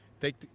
Take